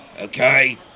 Okay